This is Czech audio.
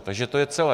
Takže to je celé.